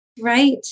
Right